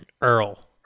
Earl